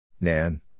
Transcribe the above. Nan